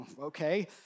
Okay